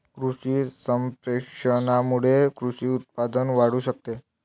कृषी संप्रेषणामुळे कृषी उत्पादन वाढू शकते